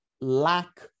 lack